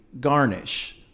Garnish